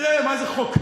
ותראה, מה זה חוק טל?